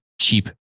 cheap